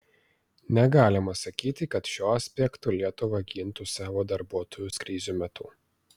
negalima sakyti kad šiuo aspektu lietuva gintų savo darbuotojus krizių metu